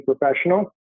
professional